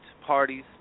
parties